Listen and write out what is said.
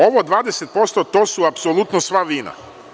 Ovo – 20%, to su apsolutno sva vina.